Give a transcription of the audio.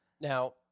Now